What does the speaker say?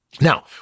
Now